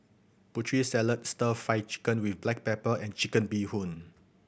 Putri Salad Stir Fry Chicken with black pepper and Chicken Bee Hoon